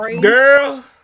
girl